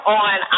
on